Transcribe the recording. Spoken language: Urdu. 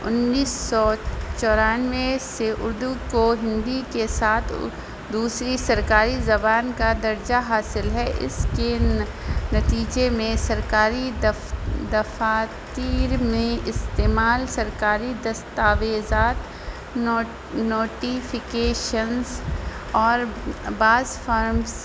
انیس سو چورانوے سے اردو کو ہندی کے ساتھ دوسری سرکاری زبان کا درجہ حاصل ہے اس کے نتیجے میں سرکاری دفاتر میں استعمال سرکاری دستاویزات نوٹ نوٹیفیکیشنس اور بعض فارمس